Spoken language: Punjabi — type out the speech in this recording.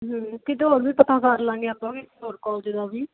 ਕਿਤੋਂ ਹੋਰ ਵੀ ਪਤਾ ਕਰ ਲਵਾਂਗੇ ਆਪਾਂ ਵੀ ਹੋਰ ਕੋਲਜ ਦਾ ਵੀ